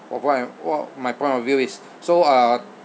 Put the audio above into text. of what what my point of view is so uh